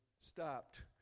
stopped